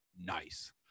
nice